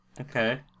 Okay